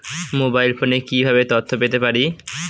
Mobile ফোনে কিভাবে তথ্য পেতে পারি?